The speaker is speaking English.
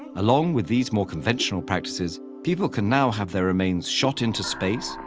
along with these more conventional practices, people can now have their remains shot into space,